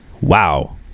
Wow